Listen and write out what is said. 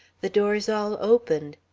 the doors all opened.